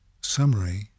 summary